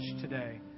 today